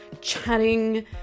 chatting